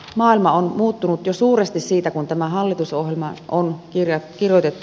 maailma on muuttunut jo suuresti siitä kun tämä hallitusohjelma on kirjoitettu